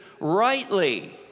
rightly